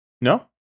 No